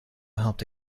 helped